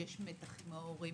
שיש מתח עם ההורים.